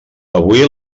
avui